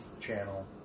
channel